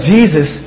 Jesus